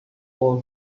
for